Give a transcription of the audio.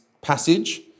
passage